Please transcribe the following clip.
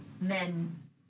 men